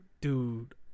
dude